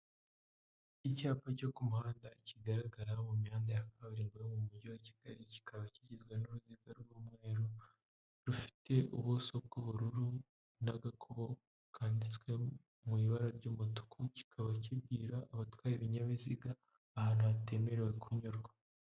Icyapa cyo ku muhanda kigaragaraho mu mihanda ya kaburimbo mu mujyi wa Kigali, kikaba kigizwe n'uruziga rw'umweru rufite ubuso bw'ubururu n'agakubo kanditswe mu ibara ry'umutuku, kikaba kibwira abatwaye ibinyabiziga ahantu hatemerewe kunyurwa.